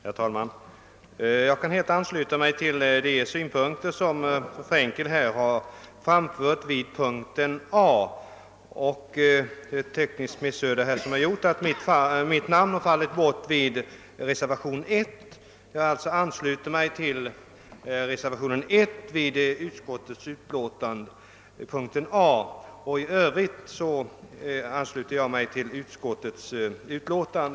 Herr talman! Jag kan helt ansluta mig till de synpunkter som fru Frenkel har anfört beträffande punkt A. Ett tekniskt missöde har gjort att mitt namn har fallit bort vid reservationen 1. Jag ansluter mig alltså till reservationen 1 vid utskottets hemställan under punkt A, och 1 Övrigt ansluter jag mig till utskottets förslag.